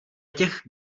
těch